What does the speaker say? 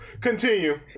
Continue